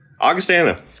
Augustana